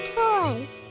toys